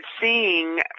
seeing